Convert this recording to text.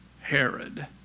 Herod